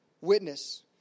Witness